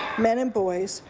men and boys,